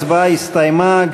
ההצבעה הסתיימה.